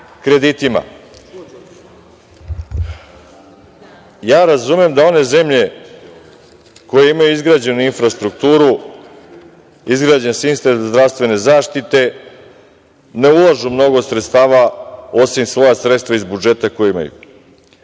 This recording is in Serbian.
Razum da one zemlje koje imaju izgrađenu infrastrukturu, izgrađen sistem zdravstvene zaštite ne ulažu mnogo sredstava, osim svoja sredstva iz budžeta koji imaju.